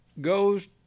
goes